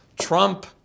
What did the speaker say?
Trump